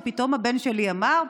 ופתאום הבן שלי אמר: